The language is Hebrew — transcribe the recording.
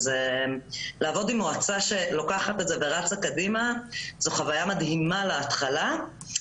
לעבוד עם מועצה שלוקחת את זה ורצה קדימה זו חוויה מדהימה להתחלה.